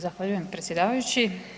Zahvaljujem predsjedavajući.